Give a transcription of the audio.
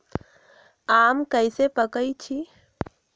आम कईसे पकईछी?